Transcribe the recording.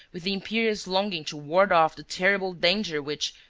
with the imperious longing to ward off the terrible danger which,